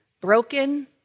broken